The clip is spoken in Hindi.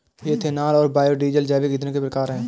इथेनॉल और बायोडीज़ल जैविक ईंधन के प्रकार है